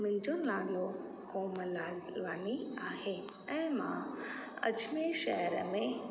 मुंहिंजो नालो कोमल लालवाणी आहे ऐं मां अजमेर शहर में